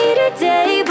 today